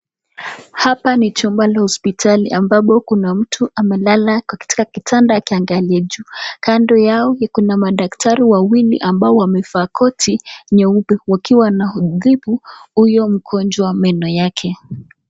Hapa ni chumba la hospitali ambapo kuna mtu amelala katika kitanda akiangalia juu, kando yao ikona madaktari wawili ambao wamevaa koti nyeupe wakiwa wanatibu huyo mgonjwa meno yake.